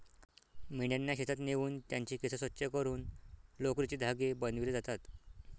मेंढ्यांना शेतात नेऊन त्यांचे केस स्वच्छ करून लोकरीचे धागे बनविले जातात